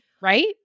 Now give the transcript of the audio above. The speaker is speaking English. right